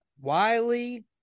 Wiley